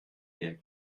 der